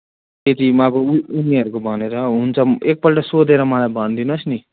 यतिमा अब उनीहरूको भनेर हुन्छ एकपल्ट सोधेर मलाई भनिदिनु होस् नि